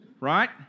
right